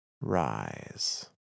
rise